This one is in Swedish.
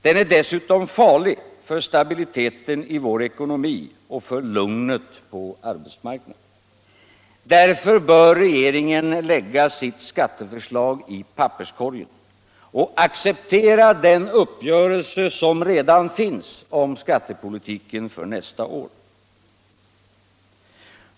Den är dessutom farlig för stabiliteten i vår ekonomi och för lugnet på arbetsmarknaden. Därför bör regeringen lägga sitt skatteförslag i papperskorgen och acceptera den uppgörelse som redan finns om skattepolitiken för nästa år.